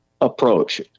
approach